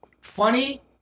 funny